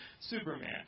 Superman